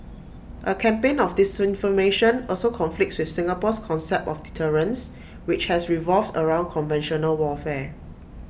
A campaign of disinformation also conflicts with Singapore's concept of deterrence which has revolved around conventional warfare